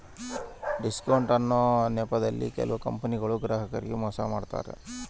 discount ಅನ್ನೊ ನೆಪದಲ್ಲಿ ಕೆಲವು ಕಂಪನಿಯವರು ಗ್ರಾಹಕರಿಗೆ ಮೋಸ ಮಾಡತಾರೆ